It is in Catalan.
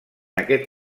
aquest